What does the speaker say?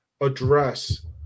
address